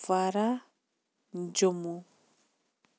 Kupwara Jammu